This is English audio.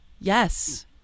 yes